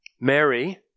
Mary